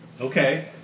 okay